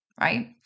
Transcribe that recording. right